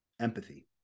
empathy